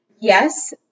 Yes